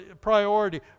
priority